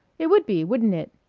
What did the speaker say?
it would be, wouldn't it?